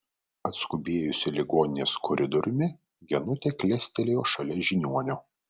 atskubėjusi ligoninės koridoriumi genutė klestelėjo šalia žiniuonio